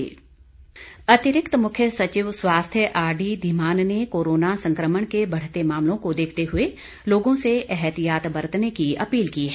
are D Dhiman अतिरिक्त मुख्य सचिव स्वास्थ्य आर डी धीमान ने कोरोना संक्रमण के बढ़ते मामलों को देखते हुए लोगों से एहतियात बरतने की अपील की है